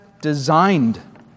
designed